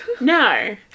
No